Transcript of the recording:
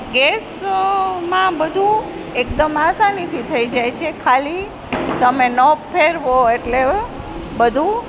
gas માં બધુ એકદમ આસાનીથી થઈ જાય છે ખાલી તમે નોબ ફેરવો એટલે બધું